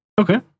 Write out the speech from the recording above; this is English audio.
Okay